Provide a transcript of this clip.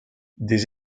des